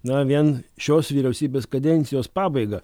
na vien šios vyriausybės kadencijos pabaiga